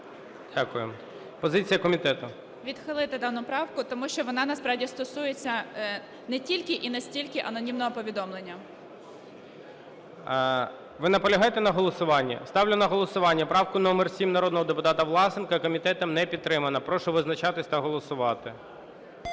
ЯНЧЕНКО Г.І. Відхилити дану правку, тому що вона насправді стосується не тільки і не стільки анонімного повідомлення. ГОЛОВУЮЧИЙ. Ви наполягаєте на голосуванні? Ставлю на голосування правку номер 7 народного депутата Власенка. Комітетом не підтримано. Прошу визначатися та голосувати.